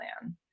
plan